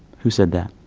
who said that?